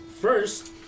First